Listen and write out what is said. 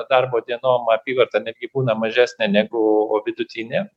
darbo dienom apyvarta netgi būna mažesnė negu vidutinė